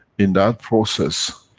in that process,